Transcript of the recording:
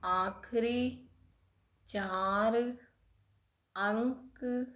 ਆਖਰੀ ਚਾਰ ਅੰਕ